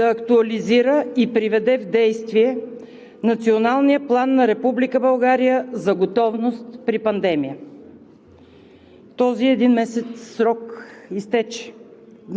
„В срок до един месец Министерският съвет да актуализира и приведе в действие Националния план на Република България за готовност при пандемия.“